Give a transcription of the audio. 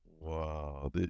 Wow